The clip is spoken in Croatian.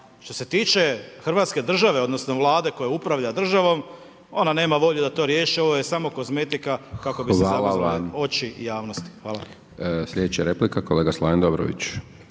što se tiče hrvatske države odnosno Vlade koja upravlja državom, ona nema volje da to riješi, ovo je samo kozmetika kako bi se zamazalo oči javnosti. **Hajdaš Dončić, Siniša (SDP)** Hvala